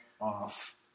off